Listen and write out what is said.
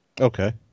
Okay